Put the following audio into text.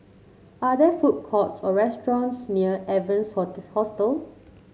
are there food courts or restaurants near Evans Hostel